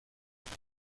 روغن